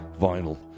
vinyl